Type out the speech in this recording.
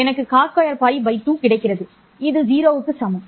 எனக்கு cos2 π 2 கிடைக்கிறது இது 0 க்கு சமம்